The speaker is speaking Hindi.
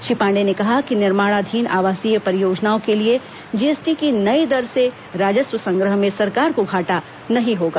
श्री पांडे ने कहा कि निर्माणाधीन आवासीय परियोजनाओं के लिए जीएसटी की नई दर से राजस्व संग्रह में सरकार को घाटा नहीं होगा